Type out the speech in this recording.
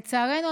לצערנו,